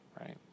right